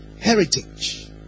heritage